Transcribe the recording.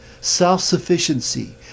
self-sufficiency